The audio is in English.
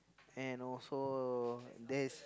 and also there's